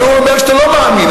אבל הוא אומר שאתה לא מאמין,